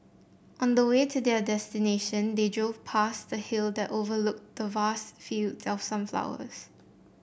on the way to their destination they drove past a hill that overlooked the vast fields of sunflowers